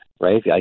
right